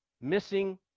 missing